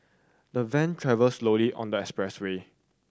the van travelled slowly on the expressway